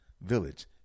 Village